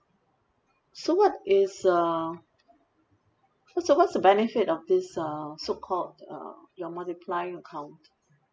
so what is uh what's the what's the benefit of this uh so called uh your multiplier account